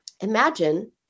Imagine